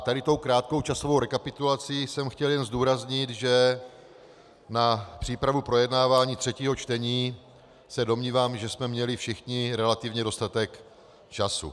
Tady tou krátkou časovou rekapitulací jsem chtěl jen zdůraznit, že na přípravu projednávání třetího čtení se domnívám, že jsme měli všichni relativně dostatek času.